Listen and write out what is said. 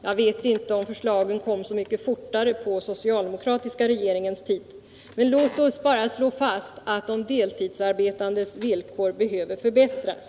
Jag vet inte om förslagen kom så mycket fortare under den socialdemokratiska regeringens tid. Låt oss bara slå fast att de deltidsarbetandes villkor behöver förbättras.